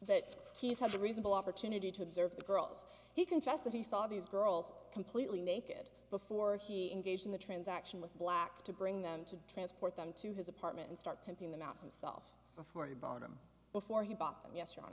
that he's had a reasonable opportunity to observe the girls he confessed that he saw these girls completely naked before he engaged in the transaction with black to bring them to transport them to his apartment and start pumping them out himself before he bought him before he bought them yes